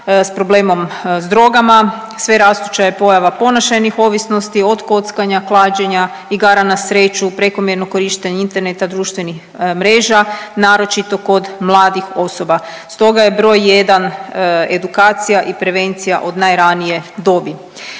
s problemom s drogama, sverastuća je pojava ponašajnih ovisnosti, od kockanja, klađenja, igara na sreću, prekomjerno korištenje interneta, društvenih mreža, naročito kod mladih osoba. Stoga je br. 1 edukacija i prevencija od najranije dobi.